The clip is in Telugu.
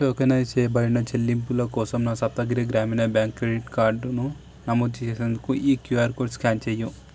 టోకెనైజ్ చేయబడిన చెల్లింపుల కోసం నా సప్తగిరి గ్రామీణ బ్యాంక్ క్రెడిట్ కార్డును నమోదు చేసేందుకు ఈ క్యూఆర్ కోడ్ స్క్యాన్ చేయి